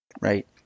Right